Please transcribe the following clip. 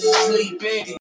sleeping